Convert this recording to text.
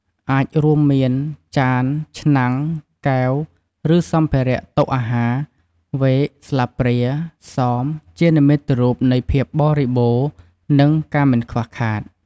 អាចរួមមាន ចាន ឆ្នាំង កែវ ឬសម្ភារៈតុអាហារ វែក ស្លាបព្រា សម ជានិមិត្តរូបនៃ ភាពបរិបូរណ៍ និង ការមិនខ្វះខាត។